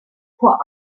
vor